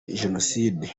jenoside